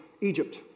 Egypt